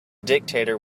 dictator